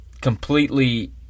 completely